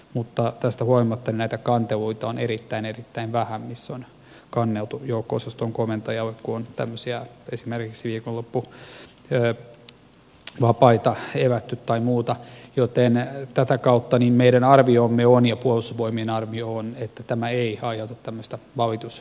mutta tästä huolimatta näitä kanteluita on erittäin erittäin vähän missä on kanneltu joukko osaston komentajalle kun on esimerkiksi viikonloppuvapaita evätty tai muuta joten tätä kautta meidän arviomme on ja puolustusvoimien arvio on että tämä ei aiheuta tämmöistä valitussumaa